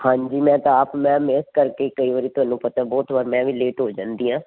ਹਾਂਜੀ ਮੈਂ ਤਾਂ ਆਪ ਮੈਮ ਇਸ ਕਰਕੇ ਕਈ ਵਾਰੀ ਤੁਹਾਨੂੰ ਪਤਾ ਬਹੁਤ ਵਾਰ ਮੈਂ ਵੀ ਲੇਟ ਹੋ ਜਾਂਦੀ ਹਾਂ